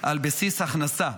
על בסיס הכנסה,